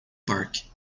parque